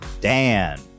Dan